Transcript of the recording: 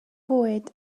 fwyd